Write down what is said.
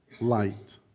light